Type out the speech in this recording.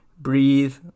breathe